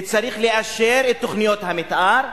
צריך לאשר את תוכניות המיתאר,